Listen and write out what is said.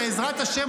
בעזרת השם,